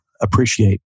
appreciate